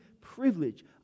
privilege